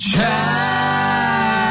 Try